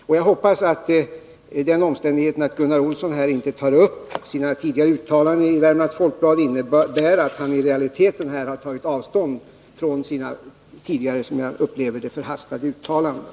Och jag hoppas att den omständigheten att Gunnar Olsson härinte tar upp sina tidigare uttalanden i Värmlands Folkblad innebär att han i realiteten har tagit avstånd från sina tidigare, som jag upplever det, förhastade uttalanden.